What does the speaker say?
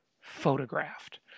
photographed